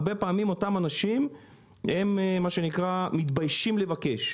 הרבה פעמים אותם אנשים מתביישים לבקש,